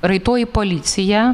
raitoji policija